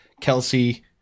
Kelsey